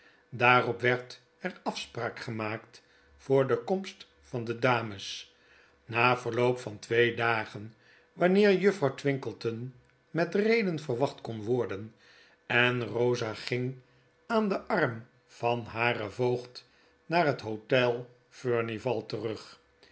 daarop werd er afspraak gemaakt voor de komst van de dames na verloop van twee dagen wanneer juffrouw twinkleton met reden verwacht kon worden en rosa ging aan den arm van haren voogd naar het hotel furnival terug